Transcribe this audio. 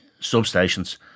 substations